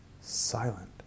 silent